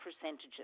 percentages